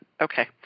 Okay